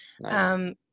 Nice